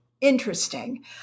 interesting